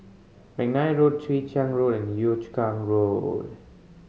McNair Road Chwee Chian Road and Yio Chu Kang Road